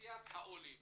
אוכלוסיית העולים